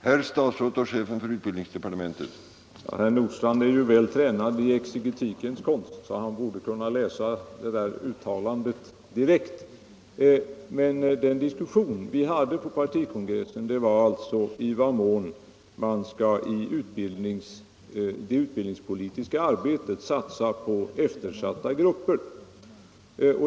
Herr talman! Herr Nordstrandh är ju väl tränad i exegetikens konst och borde därför direkt kunna läsa det uttalande det gäller. Den diskussion som vi förde på partikongressen gällde i vad mån man i det utbildningspolitiska arbetet skall satsa på eftersatta grupper.